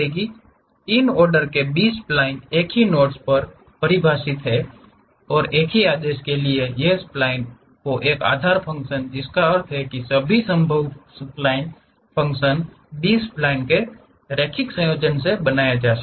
order N के B spline एक ही नोट्स पर परिभाषित एक ही आदेश के लिए स्प्लीन के लिए आधार फ़ंक्शन जिसका अर्थ है कि सभी संभव स्प्लीन फ़ंक्शन बी स्प्लीन के रैखिक संयोजन से बनाया जा सकता है